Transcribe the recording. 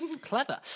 Clever